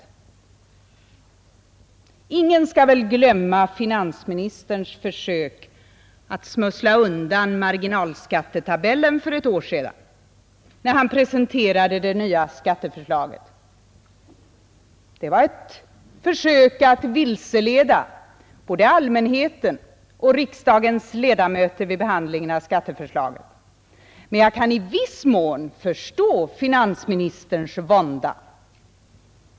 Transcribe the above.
Ingen skall väl glömma finansministerns försök att smussla undan marginalskattetabellen för ett år sedan, när han presenterade det nya skatteförslaget. Det var ett försök att vilseleda både allmänheten och riksdagens ledamöter vid behandlingen av skatteförslaget. Men jag kan i viss mån förstå finansministerns vånda.